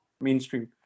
mainstream